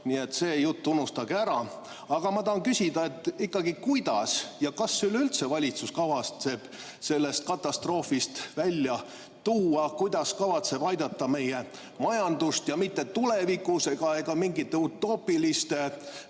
nii et see jutt unustage ära! Aga ma tahan küsida, kuidas ja kas üleüldse valitsus kavatseb riiki sellest katastroofist välja tuua. Kuidas valitsus kavatseb aidata meie majandust, ja mitte tulevikus ega mingite utoopiliste